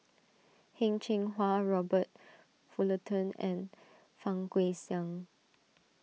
Heng Cheng Hwa Robert Fullerton and Fang Guixiang